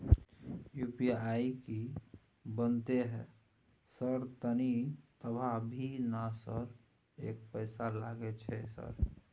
UPI की बनते है सर तनी बता भी ना सर एक पैसा लागे छै सर?